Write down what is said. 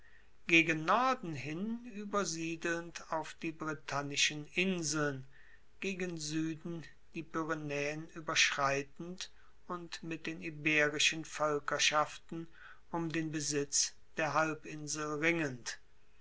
gegen norden hin uebersiedelnd auf die britannischen inseln gegen sueden die pyrenaeen ueberschreitend und mit den iberischen voelkerschaften um den besitz der halbinsel ringend